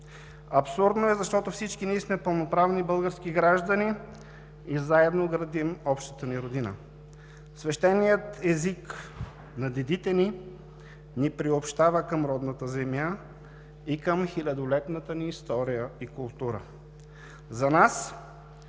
Абсурдно е, защото всички ние сме пълноправни български граждани и заедно градим общата ни Родина. Свещеният език на дедите ни ни приобщава към родната земя и към хилядолетната ни история и култура.